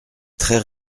très